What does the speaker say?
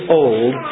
old